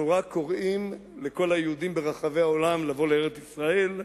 אנחנו רק קוראים לכל היהודים ברחבי העולם לבוא לארץ-ישראל,